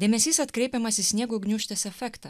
dėmesys atkreipiamas į sniego gniūžtės efektą